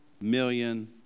million